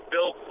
Bill